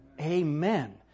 Amen